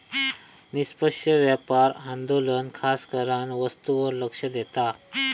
निष्पक्ष व्यापार आंदोलन खासकरान वस्तूंवर लक्ष देता